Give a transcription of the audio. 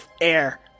air